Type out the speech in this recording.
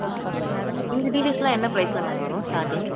okay இந்த டீ ஷர்ட்ஸ்லாம் என்ன ப்ரைஸில் மேம் வரும் ஸ்டார்டிங்